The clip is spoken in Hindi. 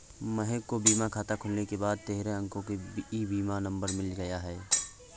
महक को बीमा खाता खुलने के बाद तेरह अंको का ई बीमा नंबर मिल गया